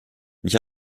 ich